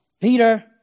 Peter